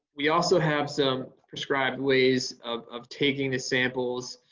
we also have some prescribed ways of of taking the samples.